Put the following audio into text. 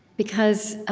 because